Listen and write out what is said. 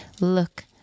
Look